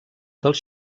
dels